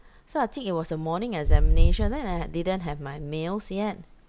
so I think it was a morning examination then I didn't have my meals yet